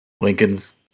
lincoln's